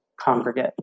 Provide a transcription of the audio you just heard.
congregate